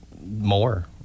more